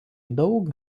daug